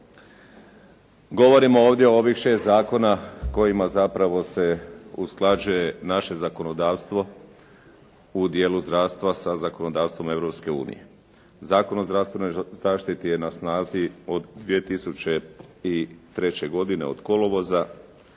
govorimo ovdje o ovih 6 zakona kojima zapravo se usklađuje naše zakonodavstvo u dijelu zdravstva sa zakonodavstvo Europske unije. Zakon o zdravstvenoj zaštiti je na snazi od 2003. godine od kolovoza